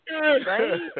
right